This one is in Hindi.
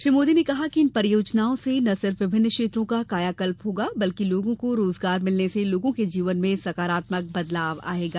श्री मोदी ने कहा कि इन परियोजनाओं से ना सिर्फ विभिन्न क्षेत्रों का कायाकल्प होगा बल्कि लोगों को रोजगार मिलने से लोगों के जीवन में सकारात्मक बदलाव आयेगा